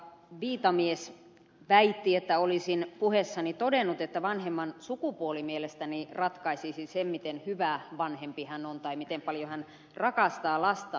viitamies väitti että olisin puheessani todennut että vanhemman sukupuoli mielestäni ratkaisisi sen miten hyvä vanhempi hän on tai miten paljon hän rakastaa lastaan